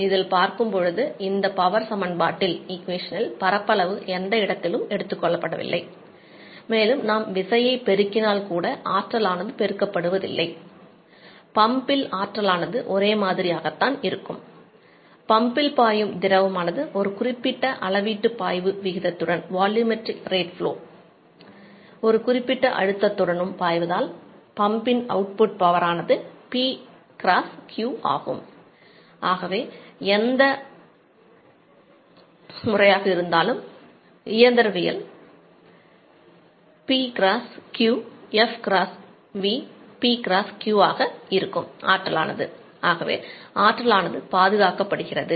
இதில் பார்க்கும் பொழுது இந்த பவர் சமன்பாட்டில் ஒரு குறிப்பிட்ட அழுத்தத்துடனும் பாய்வதால் பம்பின் அவுட்புட் பவர் ஆனது P x Q ஆகும்